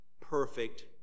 perfect